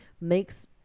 makes